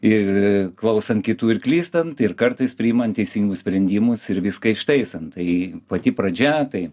ir klausant kitų ir klystant ir kartais priimant teisingus sprendimus ir viską ištaisant tai pati pradžia tai